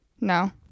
No